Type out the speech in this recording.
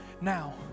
now